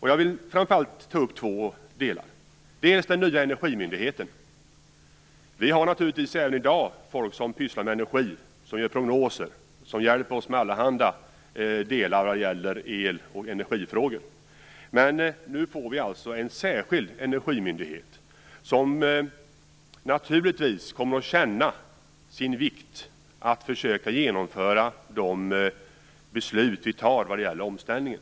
Jag vill framför allt ta upp två av dessa. För det första gäller det den nya energimyndigheten. Vi har naturligtvis även i dag folk som pysslar med energi. De gör prognoser och hjälper till med allehanda delar som gäller el och energifrågor. Men nu får vi alltså en särskild energimyndighet som naturligtvis kommer att känna sin vikt när det gäller att försöka genomföra de beslut som fattas angående omställningen.